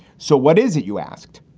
so what is it you asked?